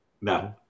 No